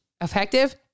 Effective